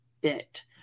bit